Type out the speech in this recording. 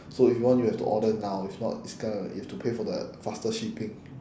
so if you want you have to order now if not it's gonna you have to pay for the faster shipping